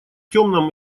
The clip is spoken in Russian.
темном